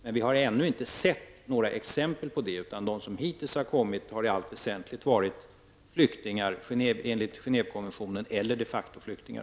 Men vi har ännu inte sett några exempel på det, utan de människor som hittills kommit har i allt väsentligt varit flyktingar enligt Genèvekonventionen eller de facto-flyktingar.